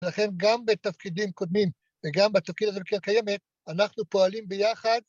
ולכן גם בתפקידים קודמים וגם בתפקיד הקרן הקיימת, אנחנו פועלים ביחד.